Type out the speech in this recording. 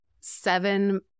seven